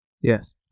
Yes